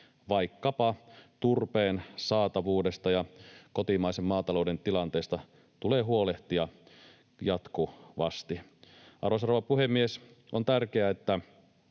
Vaikkapa turpeen saatavuudesta ja kotimaisen maatalouden tilanteesta tulee huolehtia jatkuvasti. Arvoisa rouva puhemies! On tärkeää, että